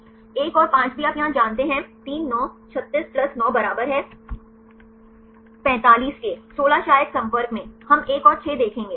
1 और 5 भी आप यहां जानते हैं 3 9 36 प्लस 9 बराबर है 45 के 16 शायद संपर्क में हम 1 और 6 देखेंगे